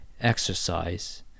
exercise